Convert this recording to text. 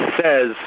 says